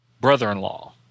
brother-in-law